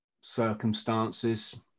circumstances